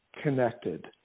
connected